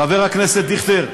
חבר הכנסת דיכטר,